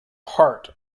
heart